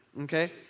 Okay